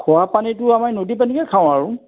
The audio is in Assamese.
খোৱা পানীতো আমি নদীৰ পানীকে খাওঁ আৰু